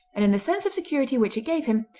and in the sense of security which it gave him,